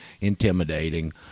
intimidating